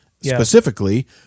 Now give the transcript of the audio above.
specifically